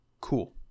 cool